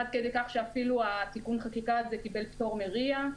עד כדי כך שתיקון החקיקה הזה קיבל פטור מ-RIA.